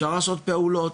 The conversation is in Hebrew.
אפשר לעשות פעולות,